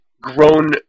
grown